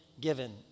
given